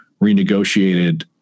renegotiated